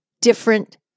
different